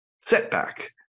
setback